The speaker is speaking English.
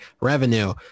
revenue